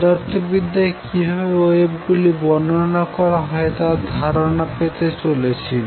পদার্থবিদ্যায় কিভাবে ওয়েভ গুলি বর্ণনা করা হয় তার ধারনা পেতে চলেছি